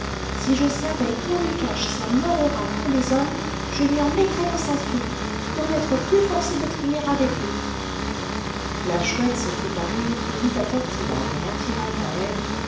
si je savais où il cache sa mort aux rats pour les hommes je lui en mettrais dans sa soupe pour n'être plus forcé de trimer avec lui la chouette se prit à rire et dit à tortillard en l'attirant à elle